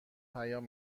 پیام